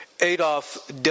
Adolf